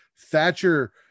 Thatcher